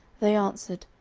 they answered,